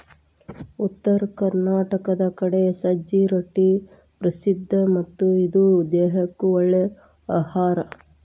ಉತ್ತರ ಕರ್ನಾಟಕದ ಕಡೆ ಸಜ್ಜೆ ರೊಟ್ಟಿ ಪ್ರಸಿದ್ಧ ಮತ್ತ ಇದು ದೇಹಕ್ಕ ಒಳ್ಳೇ ಅಹಾರಾ